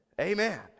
Amen